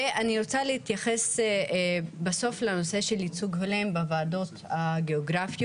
ואני רוצה להתייחס בסוף לנושא של ייצוג הולם בוועדות הגיאוגרפיות.